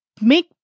make